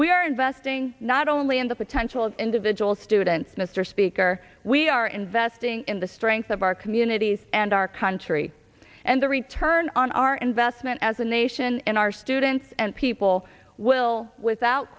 are investing not only in the potential of individual students mr speaker we are investing in the strength of our communities and our country and the return on our investment as a nation and our students and people will without